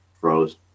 froze